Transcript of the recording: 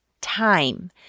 time